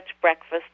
breakfast